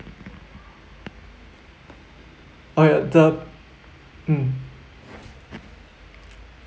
oh ya the mm